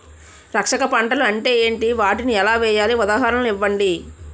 రక్షక పంటలు అంటే ఏంటి? వాటిని ఎలా వేయాలి? ఉదాహరణలు ఇవ్వండి?